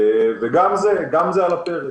גם זה על הפרק.